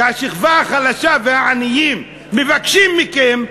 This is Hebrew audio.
שהשכבה החלשה והעניים מבקשים מכם,